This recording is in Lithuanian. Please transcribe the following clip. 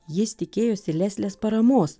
jis tikėjosi leslės paramos